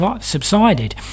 subsided